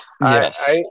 Yes